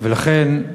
כאחד השרים שמובילים,